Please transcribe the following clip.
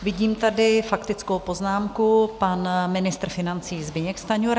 Vidím tady faktickou poznámku, pan ministr financí Zbyněk Stanjura.